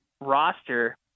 roster